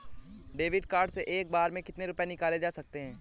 David card से एक बार में कितनी रूपए निकाले जा सकता है?